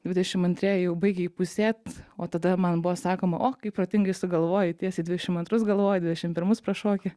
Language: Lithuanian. dvidešim antrieji jau baigia įpusėt o tada man buvo sakoma o kaip protingai sugalvojai tiesiai į dvidešim antrus galvoju dvidešim pirmus prašoki